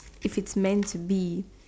if it's meant to be